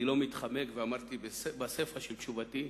אני לא מתחמק, ואמרתי בסיפא של תשובתי: